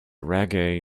reggae